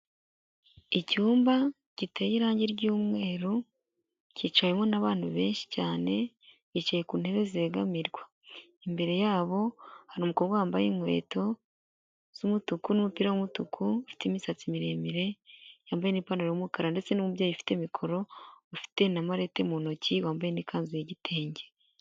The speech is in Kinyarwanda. Icyumba giteye irangi ry'umweru cyicayemo n'abantu benshi cyane, bicaye ku ntebe zegamirwa, imbere yabo hari umukobwa wambaye inkweto z'umutuku n'umupira w'umutuku, ufite imisatsi miremire yambaye n'ipantaro y'umukara ndetse n'umubyeyi ufite mikoro, ufite na marete mu ntoki wambaye n'ikanzu y'igitenge.